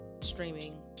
streaming